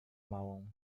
małą